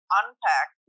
unpack